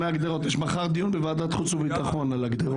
מחר דיון בוועדת חוץ וביטחון על הגדרות.